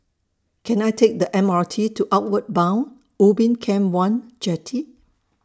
Can I Take The M R T to Outward Bound Ubin Camp one Jetty